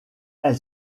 elle